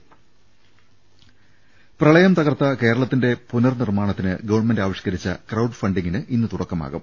ൾ ൽ ൾ പ്രളയം തകർത്ത കേരളത്തിന്റെ പുനർനിർമ്മാണത്തിന് ഗവൺമെന്റ് ആവിഷ്ക്കരിച്ച ക്രൌഡ് ഫണ്ടിങ്ങിന് ഇന്ന് തുടക്കമാകും